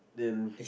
then